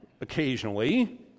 Occasionally